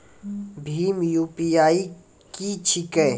भीम UPI की छीके?